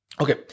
Okay